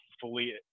fully